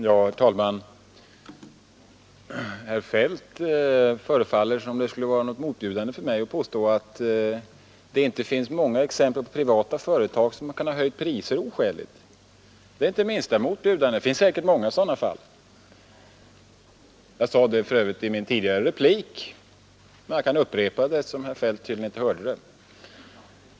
Herr talman! Herr Feldt argumenterar som om det skulle vara något motbjudande för mig att säga att det finns många exempel på privata företag som kan ha höjt priser oskäligt. Det är inte det minsta motbjudande — det finns säkerligen många sådana fall. Jag sade det för Övrigt i min tidigare replik, och jag kan upprepa det, eftersom herr Feldt tydligen inte hörde det.